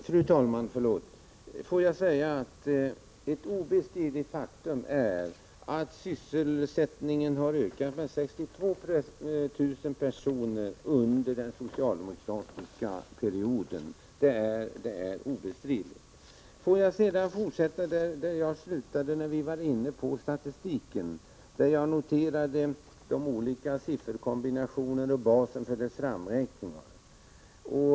Fru talman! Det är ett obestridligt faktum att antalet sysselsatta har ökat med 62 000 personer under den socialdemokratiska regeringsperioden. Får jag sedan fortsätta där jag tidigare slutade när det gäller statistiken. Jag noterade de olika sifferkombinationerna i sammanhanget och basen för framräkningen av dessa.